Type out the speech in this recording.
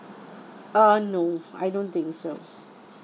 uh no I don't think so